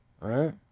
right